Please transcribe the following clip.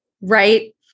right